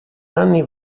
anni